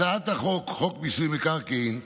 הצעת חוק מיסוי מקרקעין,